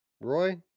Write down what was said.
Roy